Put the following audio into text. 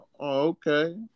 okay